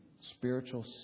spiritual